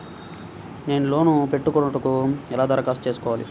నేను లోన్ పెట్టుకొనుటకు ఎలా దరఖాస్తు చేసుకోవాలి?